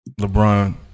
LeBron